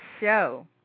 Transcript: show